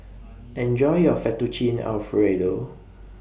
Enjoy your Fettuccine Alfredo